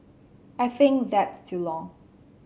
I think that's too long